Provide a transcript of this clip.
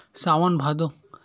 सावन भादो